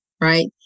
right